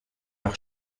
leur